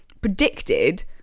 predicted